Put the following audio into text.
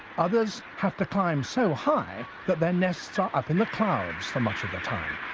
others have to climb so high that their nests are up in the clouds for much of the time.